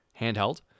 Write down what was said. handheld